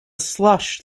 slush